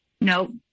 No